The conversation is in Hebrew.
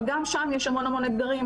אבל גם שם יש המון אתגרים,